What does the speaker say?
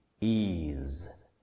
ease